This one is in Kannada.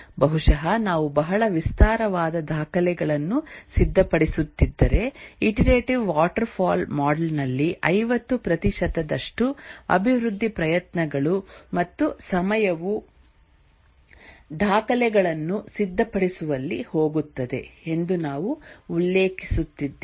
ಬಹುಶಃ ನಾವು ಬಹಳ ವಿಸ್ತಾರವಾದ ದಾಖಲೆಗಳನ್ನು ಸಿದ್ಧಪಡಿಸುತ್ತಿದ್ದರೆ ಇಟರೆಟಿವ್ ವಾಟರ್ಫಾಲ್ ಮಾಡೆಲ್ ನಲ್ಲಿ 50 ಪ್ರತಿಶತದಷ್ಟು ಅಭಿವೃದ್ಧಿ ಪ್ರಯತ್ನಗಳು ಮತ್ತು ಸಮಯವು ದಾಖಲೆಗಳನ್ನು ಸಿದ್ಧಪಡಿಸುವಲ್ಲಿ ಹೋಗುತ್ತದೆ ಎಂದು ನಾವು ಉಲ್ಲೇಖಿಸುತ್ತಿದ್ದೇವೆ